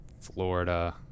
florida